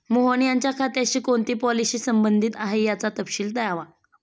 मोहन यांच्या खात्याशी कोणती पॉलिसी संबंधित आहे, याचा तपशील द्यावा